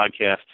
podcast